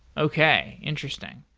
okay. interesting.